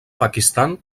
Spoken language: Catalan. pakistan